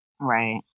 Right